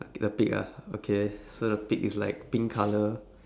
the pig ah okay so the pig is like pink color